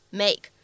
make